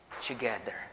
together